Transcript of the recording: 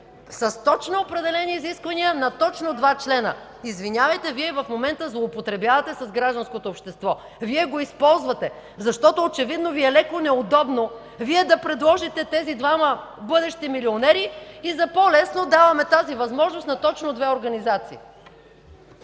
с точно определени изисквания на точно два члена. Извинявайте, Вие в момента злоупотребявате с гражданското общество. Вие го използвате, защото очевидно Ви е леко неудобно Вие да предложите тези двама бъдещи милионери и за по-лесно даваме тази възможност на точно две организации.